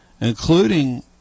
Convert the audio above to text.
including